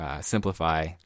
simplify